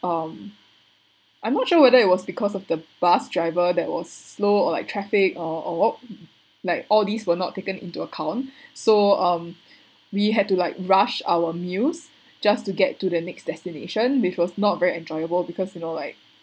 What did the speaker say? um I'm not sure whether it was because of the bus driver that was slow or like traffic or like all these were not taken into account so um we had to like rush our meals just to get to the next destination which was not very enjoyable because you know like